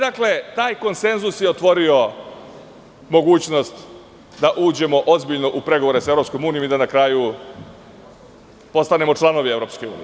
Taj konsenzus je otvorio mogućnost da uđemo u ozbiljne u pregovore sa EU i da na kraju postanemo članovi EU.